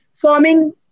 forming